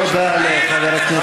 תודה לחבר הכנסת מאיר כהן.